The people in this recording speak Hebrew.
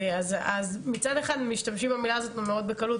אז מצד אחד משתמשים במילה הזאת מאוד בקלות,